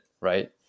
right